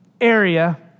area